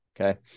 okay